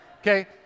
okay